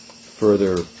further